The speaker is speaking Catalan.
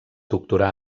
doctorà